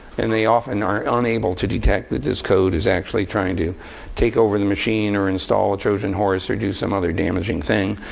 and they often are unable to detect that this code is actually trying to take over the machine, or install a trojan horse, or do some other damaging thing.